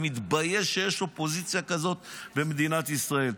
אני מתבייש שיש אופוזיציה כזאת במדינת ישראל.